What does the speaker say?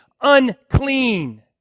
unclean